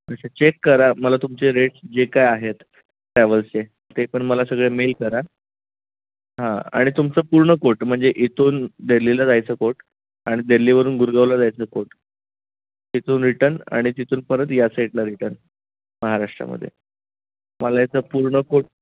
check करा मला तुमचे रेट जे काय आहेत ट्रॅवल्सचे ते पण मला सगळे मेल करा हां आणि तुमचं पूर्ण कोट म्हणजे इथून दिल्लीला जायचं कोट आणि दिल्लीवरून गुरगावला जायचं कोट तिथून रिटन आणि तिथून परत या साईडला रिटन महाराष्ट्रामध्ये मला याचं पूर्ण कोट